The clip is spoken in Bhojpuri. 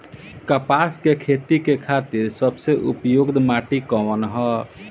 कपास क खेती के खातिर सबसे उपयुक्त माटी कवन ह?